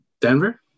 Denver